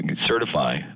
certify